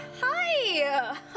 Hi